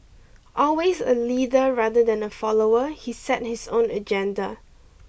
always a leader rather than a follower he set his own agenda